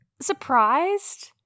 surprised